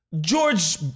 George